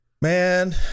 man